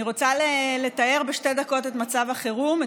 אני רוצה לתאר בשתי דקות את מצב החירום,